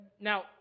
Now